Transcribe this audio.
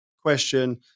question